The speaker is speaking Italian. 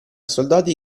soldati